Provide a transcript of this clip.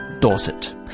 Dorset